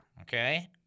Okay